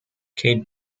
kate